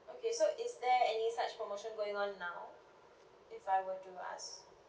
okay so is there any such promotion going on now if I were to ask